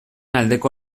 aldeko